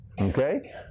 Okay